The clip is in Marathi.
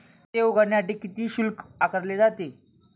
खाते उघडण्यासाठी किती शुल्क आकारले जाते?